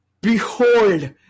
behold